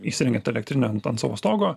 įsirengiant elektrinę ant ant savo stogo